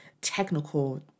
technical